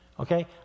Okay